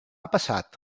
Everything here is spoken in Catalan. passat